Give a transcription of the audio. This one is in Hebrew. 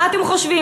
מה אתם חושבים?